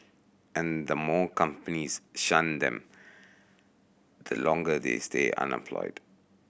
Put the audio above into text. and the more companies shun them the longer they stay unemployed